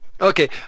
Okay